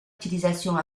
utilisation